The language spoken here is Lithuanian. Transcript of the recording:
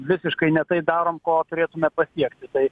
visiškai ne tai darom ko turėtume pasiekti tai